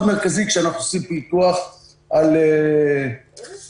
מרכזי כשאנחנו עושים פיקוח על יישובים.